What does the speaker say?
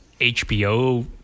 HBO